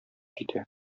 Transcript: китә